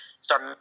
start